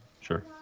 Sure